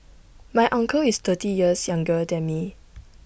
my uncle is thirty years younger than me